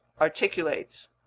articulates